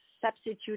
substitute